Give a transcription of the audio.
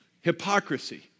Hypocrisy